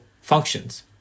functions